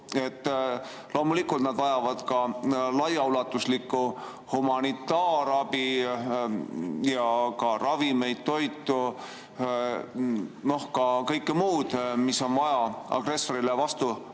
et loomulikult nad vajavad ka laiaulatuslikku humanitaarabi, samuti ravimeid, toitu ja kõike muud, mida on vaja agressorile